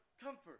Comfort